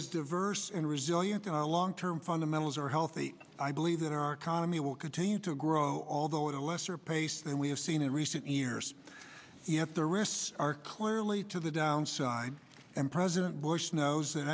is diverse and resilient long term fundamentals are healthy i believe that our economy will continue to grow although a lesser pace than we have seen in recent years yet the risks are clearly to the downside and president bush knows